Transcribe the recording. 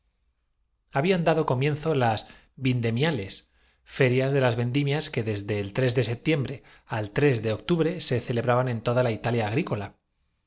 habían dado comienzo las vindemiales ferias de las orden recorría presuroso todos los puestos recomen vendimias que desde el tres de setiembre al tres de dando á sus vigiles que atendieran á la seguridad pú octubre se celebraban en toda la italia agrícola